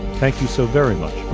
thank you so very much